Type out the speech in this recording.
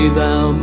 thou